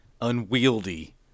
unwieldy